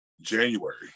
January